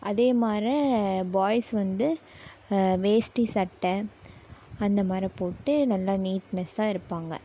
அதே மாதிரி பாய்ஸ் வந்து வேஷ்டி சட்டை அந்த மாதிரி போட்டு நல்லா நீட்னஸ்சாக இருப்பாங்க